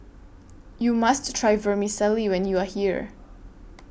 YOU must Try Vermicelli when YOU Are here